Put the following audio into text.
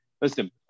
Listen